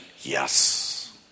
yes